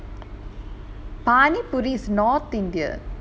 paani poori is not indian food